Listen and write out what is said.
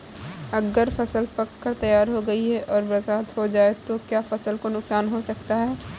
अगर फसल पक कर तैयार हो गई है और बरसात हो जाए तो क्या फसल को नुकसान हो सकता है?